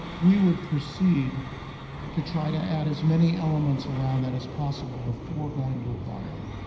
we would proceed to try to add as many elements around that as possible before going to a buyer.